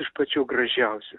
iš pačių gražiausių